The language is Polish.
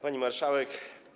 Pani Marszałek!